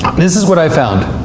this is what i found.